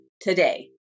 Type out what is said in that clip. today